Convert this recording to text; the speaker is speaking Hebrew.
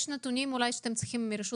יש נתונים שאתם צריכים מרשות